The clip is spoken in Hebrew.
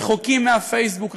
רחוקים מהפייסבוק,